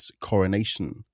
coronation